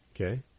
Okay